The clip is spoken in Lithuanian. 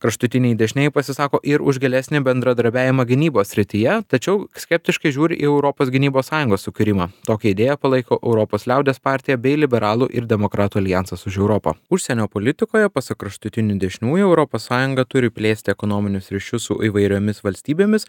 kraštutiniai dešnieji pasisako ir už gilesnį bendradarbiavimą gynybos srityje tačiau skeptiškai žiūri į europos gynybos sąjungos sukūrimą tokią idėją palaiko europos liaudies partija bei liberalų ir demokratų aljansas už europą užsienio politikoje pasak kraštutinių dešiniųjų europos sąjunga turi plėsti ekonominius ryšius su įvairiomis valstybėmis